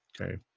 Okay